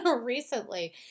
recently